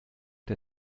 der